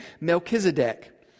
Melchizedek